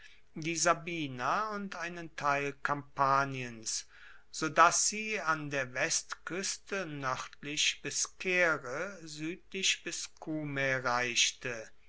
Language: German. die sabina und einen teil kampaniens so dass sie an der westkueste noerdlich bis caere suedlich bis cumae reichte